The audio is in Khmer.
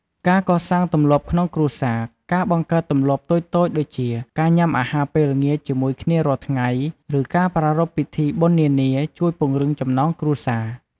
ការកសាងទម្លាប់ក្នុងគ្រួសារ ការបង្កើតទម្លាប់តូចៗដូចជា ការញ៉ាំអាហារពេលល្ងាចជាមួយគ្នារាល់ថ្ងៃ ឬការប្រារព្ធពិធីបុណ្យនានា ជួយពង្រឹងចំណងគ្រួសារ។